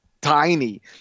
tiny